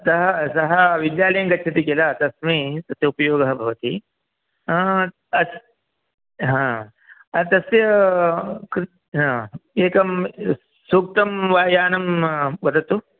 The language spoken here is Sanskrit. सः सः विद्यालयं गच्छति किल तस्मै तस्य उपयोगः भवति अच् ह तस्य ह क्र् एकं सूक्तं वा यानं वदतु